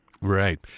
Right